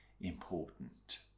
important